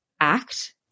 act